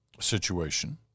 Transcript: situation